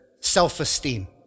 Self-esteem